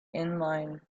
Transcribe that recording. inline